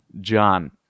John